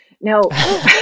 no